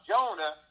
Jonah